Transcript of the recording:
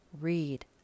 Read